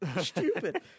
stupid